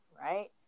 right